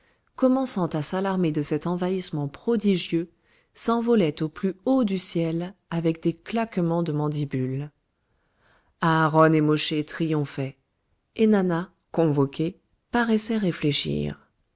commençant à s'alarmer de cet envahissement prodigieux s'envolaient au plus haut du ciel avec des claquements de mandibules aharon et mosché triomphaient ennana convoqué paraissait réfléchir